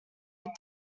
were